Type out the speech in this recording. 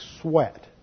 sweat